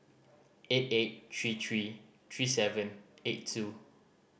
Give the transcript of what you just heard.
eight eight three three three seven eight two